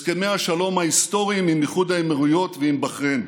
הסכמי השלום ההיסטוריים עם איחוד האמירויות ועם בחריין.